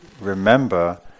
remember